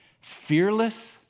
fearless